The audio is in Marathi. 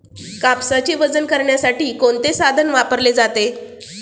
कापसाचे वजन करण्यासाठी कोणते साधन वापरले जाते?